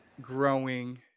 growing